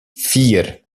vier